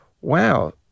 wow